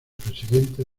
presidente